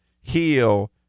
heal